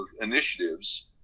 initiatives